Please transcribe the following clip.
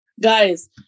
Guys